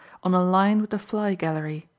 on a line with the fly-gallery.